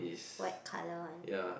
white colour one